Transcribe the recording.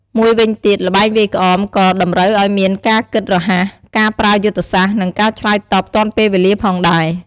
មួយវិញទៀត ល្បែងវាយក្អមក៏តម្រូវឲ្យមានការគិតរហ័ស ការប្រើយុទ្ធសាស្ត្រ និងការឆ្លើយតបទាន់ពេលវេលាផងដែរ។